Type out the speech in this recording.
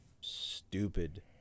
stupid